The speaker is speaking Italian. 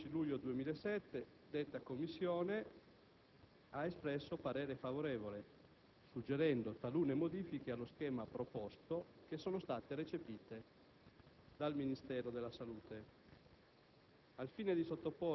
In data 11 luglio 2007 detta commissione ha espresso parere favorevole, suggerendo talune modifiche allo schema proposto, che sono state recepite dal Ministero della salute.